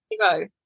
Go